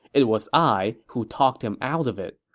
it was i who talked him out of it.